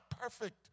perfect